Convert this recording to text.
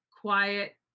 quiet